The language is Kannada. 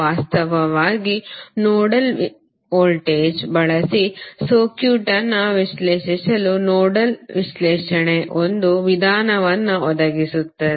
ವಾಸ್ತವವಾಗಿ ನೋಡಲ್ ವೋಲ್ಟೇಜ್ ಬಳಸಿ ಸರ್ಕ್ಯೂಟ್ ಅನ್ನು ವಿಶ್ಲೇಷಿಸಲು ನೋಡಲ್ ವಿಶ್ಲೇಷಣೆ ಒಂದು ವಿಧಾನವನ್ನು ಒದಗಿಸುತ್ತದೆ